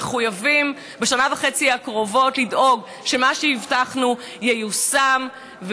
מחויבים בשנה וחצי הקרובות לדאוג שמה שהבטחנו ייושם,